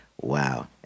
wow